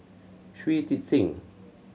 Shui Tit Sing